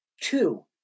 Two